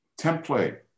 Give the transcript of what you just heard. template